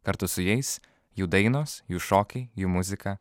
kartu su jais jų dainos jų šokiai jų muzika